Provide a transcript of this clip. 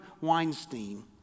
Weinstein